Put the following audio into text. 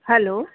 hello